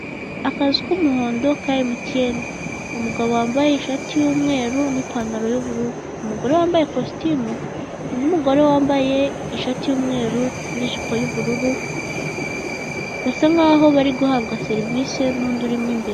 Akazu k'umuhondo kari mtn umugabo wambaye ishati y'umweru n'ipantaro y'ubururu umugore wambaye cositime n'umugore wambaye ishati y'umweru n'ijipo y'ubururu basa nkaho bari guhabwa serivisi nundi urimo imbere.